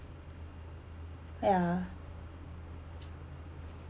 ya